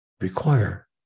require